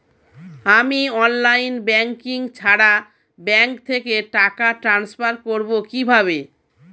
আমি online banking ছাড়া bank থেকে টাকা ট্রান্সফার করবো কিভাবে?